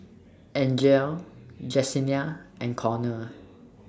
Angele Jesenia and Connor